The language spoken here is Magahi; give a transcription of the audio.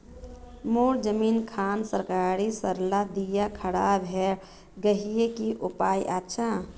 मोर जमीन खान सरकारी सरला दीया खराब है गहिये की उपाय अच्छा?